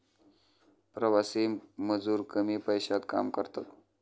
प्रवासी मजूर कमी पैशात काम करतात